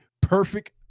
perfect